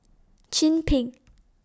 Chin Peng